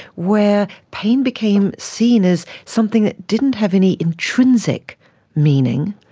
where pain became seen as something that didn't have any intrinsic meaning,